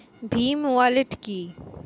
Bhim wallet কি?